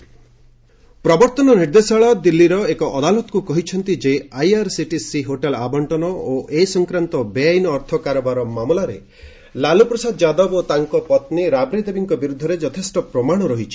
ED Lalu ପ୍ରବର୍ଭନ ନିର୍ଦ୍ଦେଶାଳୟ ଦିଲ୍ଲୀର ଏକ ଅଦାଲତଙ୍କୁ କହିଛନ୍ତି ଯେ ଆଇଆର୍ସିଟିସି ହୋଟେଲ୍ ଆବଶ୍ଚନ ଓ ଏ ସଂକ୍ରାନ୍ତ ବେଆଇନ ଅର୍ଥ କାରବାର ମାମଲାରେ ଲାଲୁପ୍ରସାଦ ଯାଦବ ଓ ତାଙ୍କ ପତ୍ନୀ ରାବ୍ରି ଦେବୀଙ୍କ ବିରୁଦ୍ଧରେ ଯଥେଷ୍ଟ ପ୍ରମାଣ ରହିଛି